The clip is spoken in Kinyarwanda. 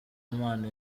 imana